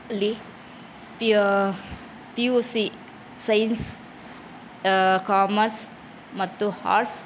ಅಲ್ಲಿ P U C science commerce ಮತ್ತು arts